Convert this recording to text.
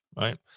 right